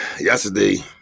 Yesterday